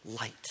light